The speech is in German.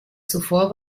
zuvor